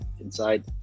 inside